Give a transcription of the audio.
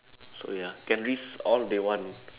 so ya can risk all they want